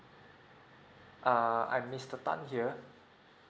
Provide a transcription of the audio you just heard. err I'm mister tan here